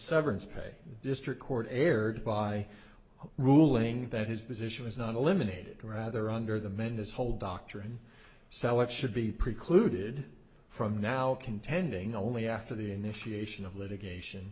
severance pay the district court erred by ruling that his position was not eliminated or rather under the men his whole doctrine selleck should be precluded from now contending only after the initiation of litigation